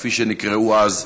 כפי שנקראו אז,